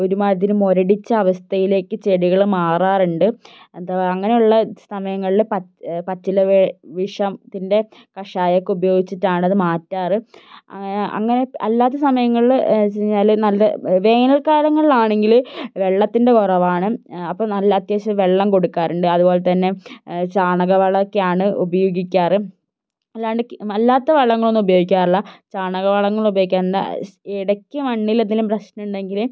ഒരുമാതിരി മുരടിച്ച അവസ്ഥയിലേക്ക് ചെടികൾ മാറാറുണ്ട് അഥവാ അങ്ങനെയുള്ള സമയങ്ങളിൽ പച്ചില വിഷത്തിൻ്റെ കഷായമൊക്കെ ഉപയോഗിച്ചിട്ടാണ് അത് മാറ്റാറ് അങ്ങനെ അങ്ങനെ അല്ലാത്ത സമയങ്ങളിൽ വച്ചു കഴിഞ്ഞാൽ നല്ല വേനൽ കാലങ്ങളിലാണെങ്കിൽ വെള്ളത്തിൻ്റെ കുറവാണ് അപ്പോൾ നല്ല അത്യാവശ്യം വെള്ളം കൊടുക്കാറുണ്ട് അതുപോലെതന്നെ ചാണക വളമൊക്കെയാണ് ഉപയോഗിക്കാറ് അല്ലാണ്ട് അല്ലാത്ത വളങ്ങളൊന്നും ഉപയോഗിക്കാറില്ല ചാണകവളങ്ങൾ ഉപയോഗിക്കാറുണ്ട് ഇടയ്ക്ക് മണ്ണിലെന്തെങ്കിലും പ്രശ്നമുണ്ടെങ്കിൽ